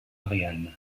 ariane